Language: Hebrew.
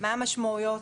ומה המשמעויות.